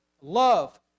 love